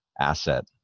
asset